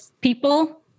people